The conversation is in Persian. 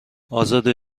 ازاده